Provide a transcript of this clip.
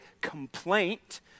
complaint